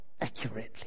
accurately